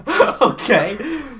Okay